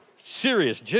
serious